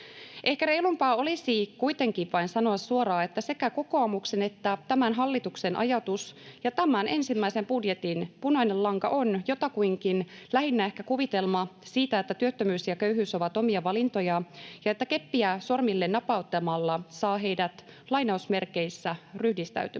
Ehkä reilumpaa olisi kuitenkin vain sanoa suoraan, että sekä kokoomuksen että tämän hallituksen ajatus ja tämän ensimmäisen budjetin punainen lanka on jotakuinkin lähinnä ehkä kuvitelma siitä, että työttömyys ja köyhyys ovat omia valintoja ja että keppiä sormille napauttamalla saa heidät ”ryhdistäytymään”.